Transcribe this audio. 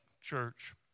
church